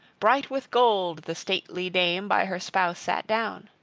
bright with gold the stately dame by her spouse sat down.